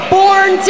born